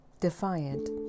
defiant